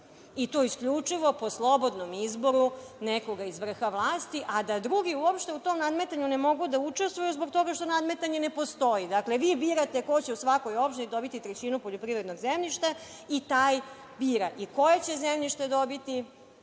i to isključivo po slobodnom izboru nekoga iz vrha vlasti, a da drugi uopšte u tom nadmetanju ne mogu da učestvuju zbog toga što nadmetanje ne postoji. Dakle vi birate ko će u svakoj opštini dobiti trećinu poljoprivrednog zemljišta i taj bira i koje će zemljište dobiti